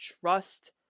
trust